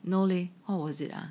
no leh what was it ah